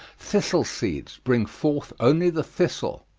thistle seeds bring forth only the thistle.